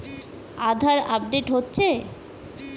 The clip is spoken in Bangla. আধার আপডেট হচ্ছে?